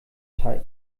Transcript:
teig